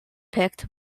picked